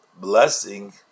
blessing